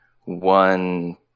one